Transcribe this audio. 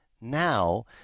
now